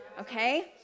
okay